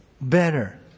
better